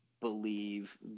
believe